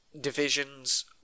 divisions